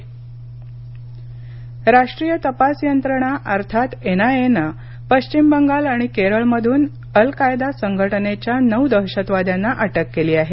अल Qaeda राष्ट्रीय तपास यंत्रणा अर्थात एन आय ए नं पश्विम बंगाल आणि केरळमधून अल कायदा संघटनेच्या नऊ दहशतवाद्यांना अटक केली आहे